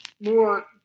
more